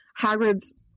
Hagrid's